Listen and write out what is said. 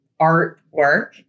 artwork